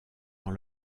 dans